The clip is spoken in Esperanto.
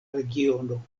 regiono